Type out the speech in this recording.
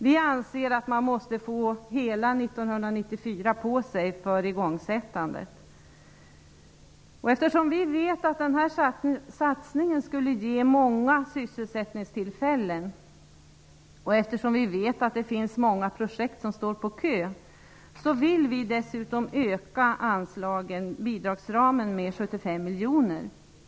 Vi anser att man måste få hela 1994 på sig för igångsättandet. Eftersom vi vet att denna satsning skulle skapa många sysselsättningstillfällen och att det finns många projekt på kö, vill vi dessutom öka bidragsramen med 75 miljoner.